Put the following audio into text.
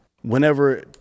whenever